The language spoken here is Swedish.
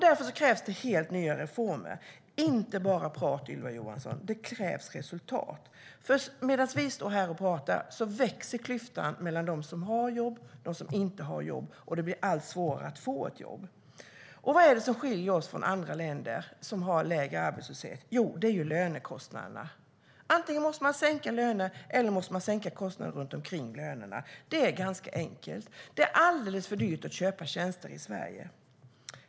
Därför krävs det helt nya reformer - inte bara prat, Ylva Johansson! Det krävs resultat. Medan vi står här och pratar växer klyftan mellan dem som har jobb och dem som inte har jobb, och det blir allt svårare att få ett jobb. Vad är det som skiljer oss från andra länder, som har lägre arbetslöshet? Jo, det är lönekostnaderna. Man måste sänka antingen lönerna eller kostnaderna runt omkring lönerna. Det är ganska enkelt. Det är alldeles för dyrt att köpa tjänster i Sverige.